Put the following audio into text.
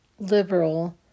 liberal